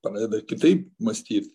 pradeda kitaip mąstyt